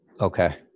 Okay